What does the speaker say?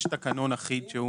יש תקנון שהוא